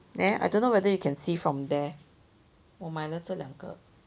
neh I don't know whether you can see from there 我买了这两个